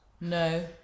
No